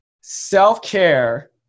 self-care